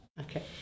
Okay